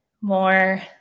more